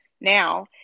now